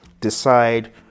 Decide